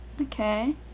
Okay